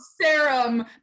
serum